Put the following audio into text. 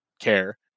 care